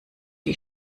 die